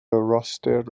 rhostir